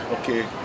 okay